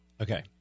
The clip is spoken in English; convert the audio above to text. Okay